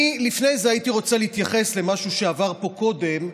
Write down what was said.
אני לפני זה הייתי רוצה להתייחס למשהו שעבר פה קודם,